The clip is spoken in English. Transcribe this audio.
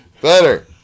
better